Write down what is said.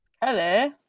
hello